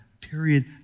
Period